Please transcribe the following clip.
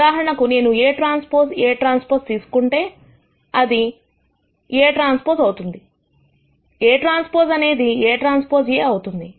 ఉదాహరణకు నేను Aᵀ Aᵀ తీసుకుంటే ఇది Aᵀ అవుతుందిAᵀ అనేది Aᵀ A అవుతుంది